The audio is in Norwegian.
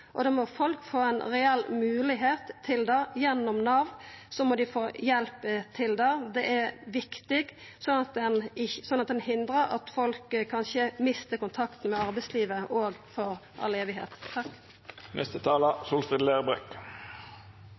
og da må folk få ei reell mogelegheit til det. Gjennom Nav må dei få hjelp til det. Det er viktig, så ein hindrar at folk kanskje mistar kontakta med arbeidslivet – òg i all